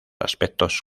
aspectos